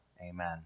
Amen